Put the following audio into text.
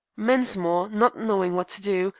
mensmore, not knowing what to do,